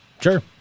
Sure